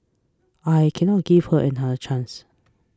I cannot give her another chance